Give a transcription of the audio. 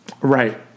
right